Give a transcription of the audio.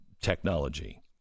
technology